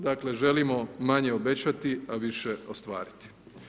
Dakle, želimo manje obećati, a više ostvariti.